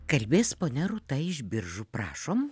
kalbės ponia rūta iš biržų prašom